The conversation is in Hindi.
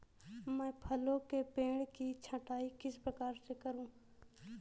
मैं फलों के पेड़ की छटाई किस प्रकार से करूं?